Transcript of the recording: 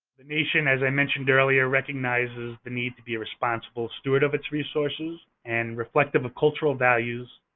the nation, as i mentioned earlier, recognizes the need to be a responsible steward of its resources and reflective of cultural values.